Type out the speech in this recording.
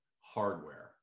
hardware